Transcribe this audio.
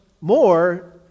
more